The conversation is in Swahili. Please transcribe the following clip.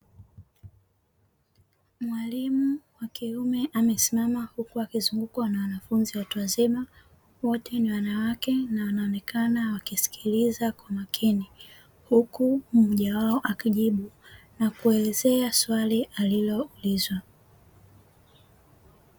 Mwalimu wa kiume amesimama huku akizungukwa na wanafunzi watu wazima, wote ni wanawake na wanaonekana wakisikiliza kwa makini huku mmoja wao akijibu na kuelezea swali aliloulizwa.